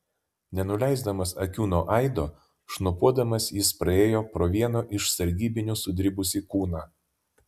nenuleisdamas akių nuo aido šnopuodamas jis praėjo pro vieno iš sargybinių sudribusį kūną